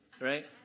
Right